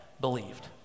believed